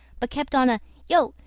but kept on a yo!